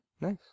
nice